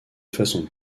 façon